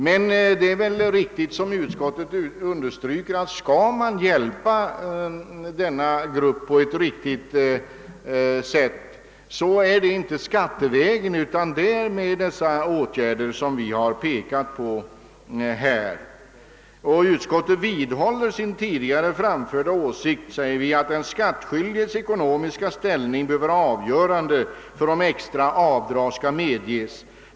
Om man skall kunna underlätta tillvaron för denna. grupp på ett riktigt sätt, bör man inte, understryker utskottet, främst göra det skattevägen, utan genom att vidta sådana åtgärder som utskottet pekat på här. Utskottet vidhåller sin tidigare framförda åsikt, att den skattskyldiges ekonomiska ställning bör vara avgörande för om extra avdrag skall medges.